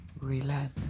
relent